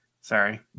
Sorry